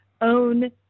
own